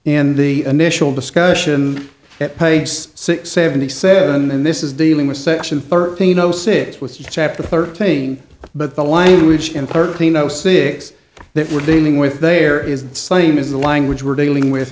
in the initial discussion at pase six seventy seven and this is dealing with section thirteen no sit with the chapter thirteen but the language and thirteen no six that we're dealing with there is the same is the language we're dealing with